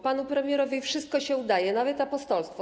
Panu premierowi wszystko się udaje, nawet apostolstwo.